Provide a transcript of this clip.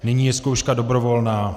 Nyní je zkouška dobrovolná.